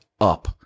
up